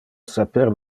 saper